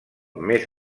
més